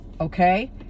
Okay